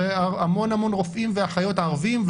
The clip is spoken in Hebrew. היו שם המון רופאים ואחיות ערבים,